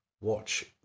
Watch